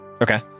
Okay